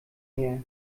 her